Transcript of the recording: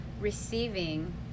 receiving